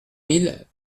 mille